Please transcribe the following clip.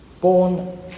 Born